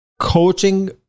coaching